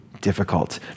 difficult